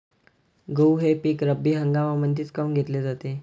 गहू हे पिक रब्बी हंगामामंदीच काऊन घेतले जाते?